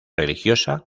religiosa